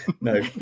no